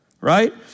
right